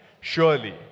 Surely